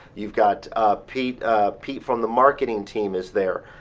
you've got pete pete from the marketing team is there.